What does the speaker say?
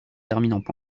terminent